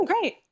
great